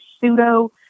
pseudo